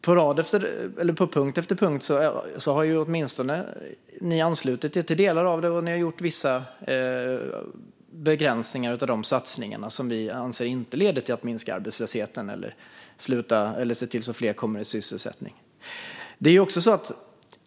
På punkt efter punkt har ni anslutit er åtminstone till delar av detta, och ni har gjort vissa begränsningar av de satsningar som vi anser inte leder till att minska arbetslösheten eller se till att fler kommer i sysselsättning.